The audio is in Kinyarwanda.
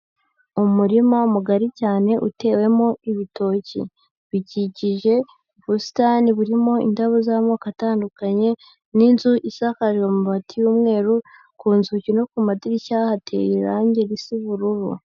Umurima mugari cyane utewemo ibitoki. Bikikije ubusitani burimo indabo z'amoko atandukanye n'inzu isakaje amabati y'umweru, ku nzuki no ku madirishya hateye irange risa ubururu.